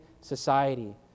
society